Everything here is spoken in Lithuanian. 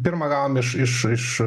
pirma gaunam iš iš iš